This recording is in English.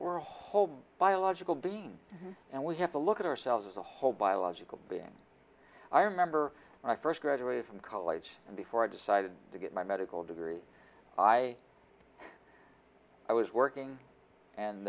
or whole biological dean and we have to look at ourselves as a whole biological being i remember when i first graduated from college and before i decided to get my medical degree i i was working and